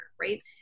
right